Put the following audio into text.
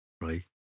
right